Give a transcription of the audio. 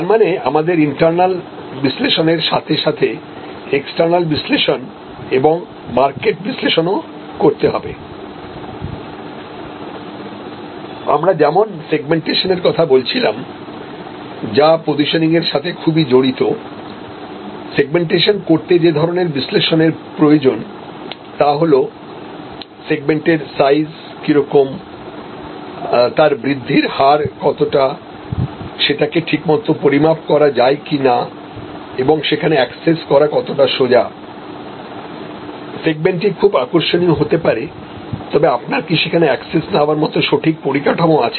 তার মানে আমাদের ইন্টারনাল বিশ্লেষণের সাথে সাথে এক্সটার্নাল বিশ্লেষণ এবং মার্কেট বিশ্লেষণ ও করতে হবে আমরা যেমন সেগমেন্টেশন এর কথা বলছিলাম যা পজিশনিংর সাথে খুবই জড়িত সেগমেন্টেশন করতে যে ধরনের বিশ্লেষণের প্রয়োজন তা হলো সেগমেন্টের সাইজ কিরকম তার বৃদ্ধির হার কতটা সেটাকে ঠিকমতো পরিমাপ করা যায় কিনা এবং সেখানে অ্যাক্সেস করা কতটা সোজা সেগমেন্টটি খুব আকর্ষণীয় হতে পারে তবে আপনার কি সেখানে অ্যাক্সেস নেওয়ার মত সঠিক পরিকাঠামো আছে